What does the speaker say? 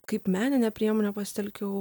kaip meninę priemonę pasitelkiau